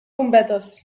bombetes